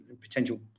potential